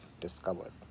discovered